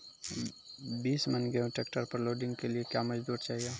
बीस मन गेहूँ ट्रैक्टर पर लोडिंग के लिए क्या मजदूर चाहिए?